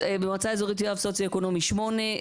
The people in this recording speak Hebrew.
במועצה אזורית יואב הסוציו-אקונומי 8,